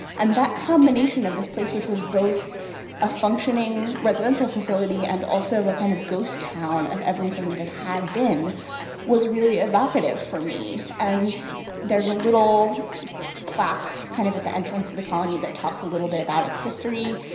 and that combination of this place which was both a functioning residential facility and also a kind of ghost town of everything that it had been was really evocative for me and there's a little plaque kind of at the entrance of the colony that talks a little bit about its history.